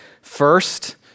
First